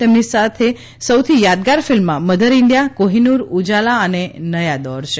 તેમની સૌથી યાદગાર ફિલ્મમાં મધર ઈન્ડિયા કોહિનૂર ઉજાલા અને નયા દૌર છે